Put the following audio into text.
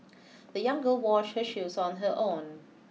the young girl washed her shoes on her own